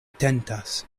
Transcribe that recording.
tentas